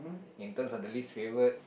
in terms of the least favourite